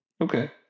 okay